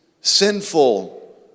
sinful